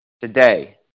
Today